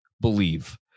believe